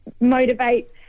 motivate